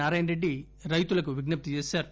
నారాయణ రెడ్డి రైతులకు విజ్ఞప్తి చేశారు